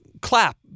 clap